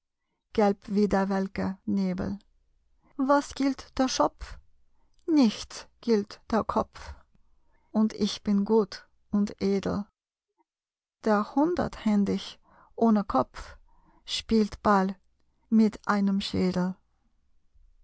gelb wie der welke nebel was gilt der schopf nichts gilt der kopf und ich bin gut und edel der hunderthändig ohne kopf spielt ball mit einem schädel